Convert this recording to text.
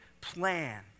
plan